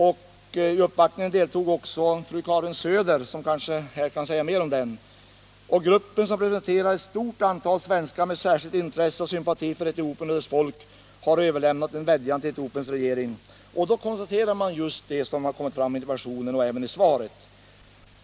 I uppvaktningen deltog också fru Karin Söder, som kanske kan säga mer om detta. Gruppen som representerar ett stort antal svenskar med intresse och sympati för Etiopien och dess folk har överlämnat en vädjan till Etiopiens regering. Där konstateras det som även framkommit i interpellationen och svaret.